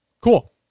Cool